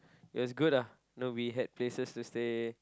it was good lah no we had places to stay